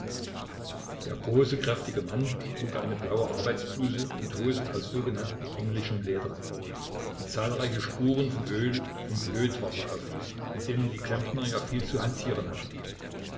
der große kräftige mann trug eine blaue arbeitsbluse und hosen aus sogenannten englischem leder die zahlreiche spuren von öl und lötwasser aufwiesen mit denen die klempner ja viel zu hantieren hatten